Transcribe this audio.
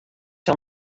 sil